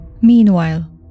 Meanwhile